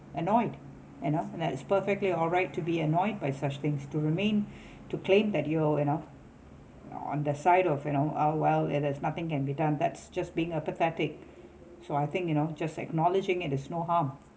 annoyed and oh and that is perfectly alright to be annoyed by such things to remain to claim that you and oh on the side of you know how well it is nothing can be done that's just being apathetic so I think you know just acknowledging it there's no harm